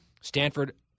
Stanford